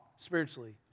spiritually